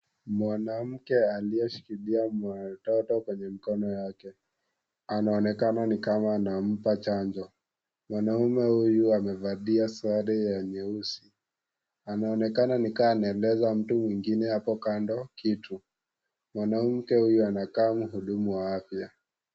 Mwanamke aliyeshikilia mtoto kwenye mkono yake. Anaonekana ni kama anampa chanjo. Mwanamke huyu amevalia sare ya nyeusi. Anaonekana ni kaa anaeleza mtu mwingine hapo kando kitu. Mwanamke huyu anakaa mhudumu wa afya.